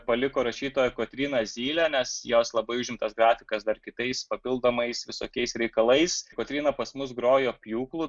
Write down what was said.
paliko rašytoja kotryna zylė nes jos labai užimtas grafikas dar kitais papildomais visokiais reikalais kotryna pas mus grojo pjūklu